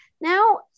now